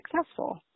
successful